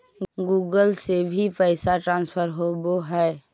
Google से भी पैसा ट्रांसफर होवहै?